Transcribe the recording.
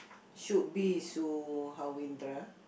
should be Suhawindra